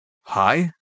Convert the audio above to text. Hi